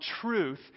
truth